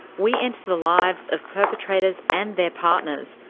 we enter the lives of perpetrators and their partners,